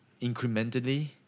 incrementally